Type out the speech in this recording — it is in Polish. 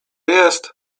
jest